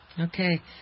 Okay